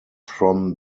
from